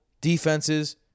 defenses